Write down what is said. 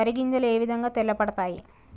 వరి గింజలు ఏ విధంగా తెల్ల పడతాయి?